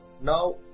Now